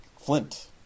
Flint